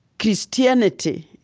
christianity